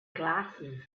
glasses